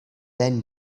then